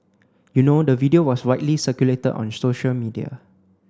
you know the video was widely circulated on social media